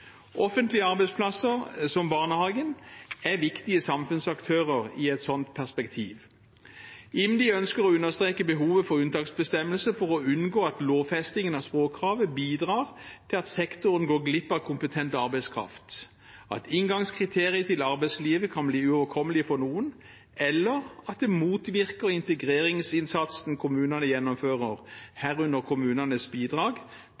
Offentlige arbeidsplasser som barnehager, er viktige samfunnsaktører i et slikt perspektiv. IMDi ønsker å understreke behovet for unntaksbestemmelser for å unngå at lovfestingen av språkkravet bidrar til at sektoren går glipp av kompetent arbeidskraft, at inngangskriteriet til arbeidslivet kan bli uoverkommelig for noen, eller at det motvirker integreringsinnsatsen kommunene gjennomfører, herunder kommunenes bidrag